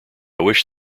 wish